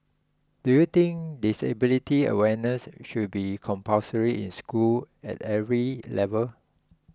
do you think disability awareness should be compulsory in schools at every level